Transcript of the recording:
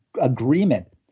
agreement